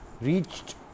reached